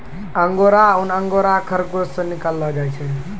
अंगुरा ऊन अंगोरा खरगोस से निकाललो जाय छै